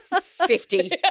Fifty